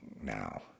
now